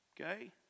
Okay